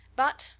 but,